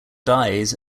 dies